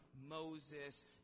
Moses